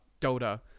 Dota